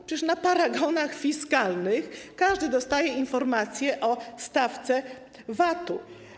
Przecież na paragonach fiskalnych każdy dostaje informację o stawce VAT.